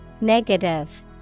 Negative